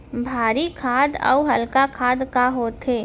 भारी खाद अऊ हल्का खाद का होथे?